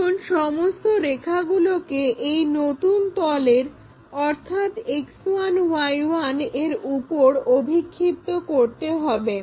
এখন সমস্ত রেখাগুলোকে এই নতুন তলের অর্থাৎ X1Y1 এর উপর অভিক্ষিপ্ত করতে হবে